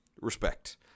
respect